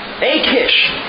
Akish